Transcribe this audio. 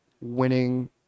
winning